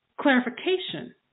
clarification